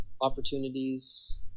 opportunities